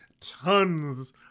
Tons